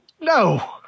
No